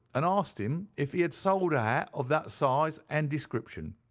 and asked him if he had sold a hat of that size and description.